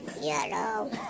Yellow